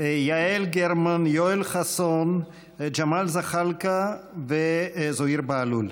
יעל גרמן, יואל חסון, ג'מאל זחאלקה וזוהיר בהלול.